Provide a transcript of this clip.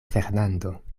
fernando